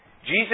Jesus